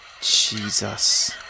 Jesus